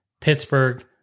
Pittsburgh